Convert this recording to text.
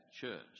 church